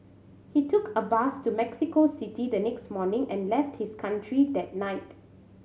he took a bus to Mexico City the next morning and left his country that night